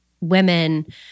women